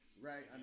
Right